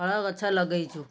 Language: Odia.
ଫଳ ଗଛ ଲଗେଇଛୁ